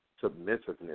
Submissiveness